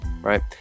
right